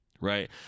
Right